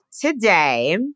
today